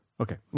Okay